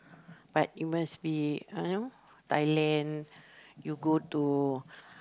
but you must be you know Thailand you go to